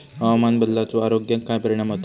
हवामान बदलाचो आरोग्याक काय परिणाम होतत?